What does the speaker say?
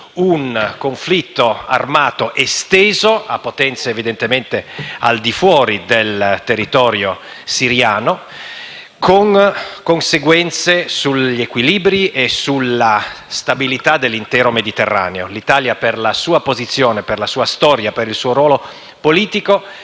un conflitto armato esteso a potenze al di fuori del territorio siriano, con conseguenze sugli equilibri e sulla stabilità dell’intero Mediterraneo. L’Italia, per la sua posizione, per la sua storia e per il suo ruolo politico